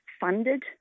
funded